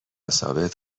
ثابت